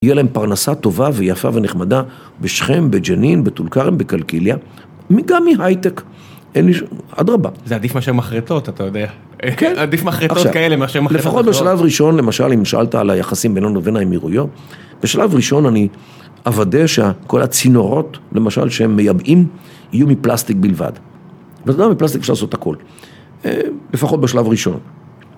יהיה להם פרנסה טובה ויפה ונחמדה, בשכם, בג'נין, בטול כרם, בקלקיליה. גם מהייטק, אין לי שום, אדרבה. זה עדיף מאשר מחרטות, אתה יודע. כן? עדיף מחרטות כאלה, מאשר מחרטות אחרות. לפחות בשלב ראשון, למשל, אם שאלת על היחסים בינינו לבין האמירויות, בשלב ראשון אני אוודא שכל הצינורות, למשל, שהם מייבאים, יהיו מפלסטיק בלבד. ואתה יודע, מפלסטיק אפשר לעשות הכל. לפחות בשלב ראשון.